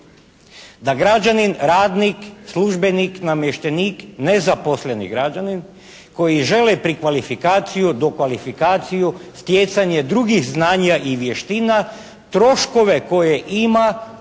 da građanin, radnik, službenik, namještenik, nezaposleni građanin koji žele prekvalifikaciju, dokvalifikaciju, stjecanje drugih znanja i vještina troškove koje ima